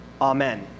amen